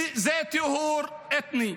זה טיהור אתני.